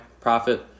profit